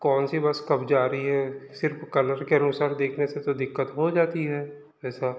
कौन सी बस कब जा रही है सिर्फ कलर के अनुसार देखने से तो दिक्कत हो जाती है ऐसा